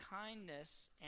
kindness